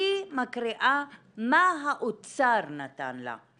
היא מקריאה מה האוצר נתן לה.